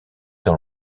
dans